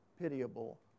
pitiable